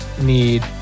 need